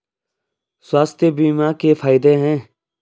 स्वास्थ्य बीमा के फायदे हैं?